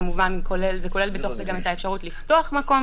כמובן שזה כולל בתוך זה גם את האפשרות לפתוח מקום